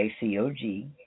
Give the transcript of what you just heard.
ACOG